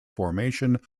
formation